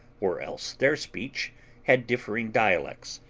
or else their speech had differing dialects,